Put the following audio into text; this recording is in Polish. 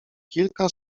kilka